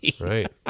right